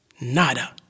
Nada